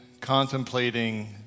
contemplating